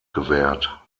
gewährt